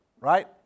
right